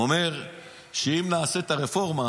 הוא אומר שאם נעשה את הרפורמה